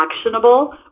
actionable